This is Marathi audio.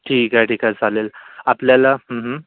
ठीक आहे ठीक आहे चालेल आपल्याला